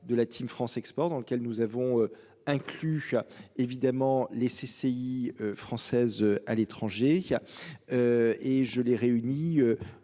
de la Team France Export dans lequel nous avons inclus évidemment les CCI françaises à l'étranger, il y